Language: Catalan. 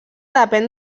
depèn